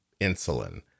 insulin